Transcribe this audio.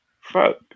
Fuck